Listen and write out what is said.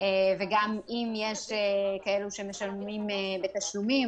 וגם אם יש כאלה שמשלמים בתשלומים,